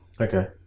Okay